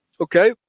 Okay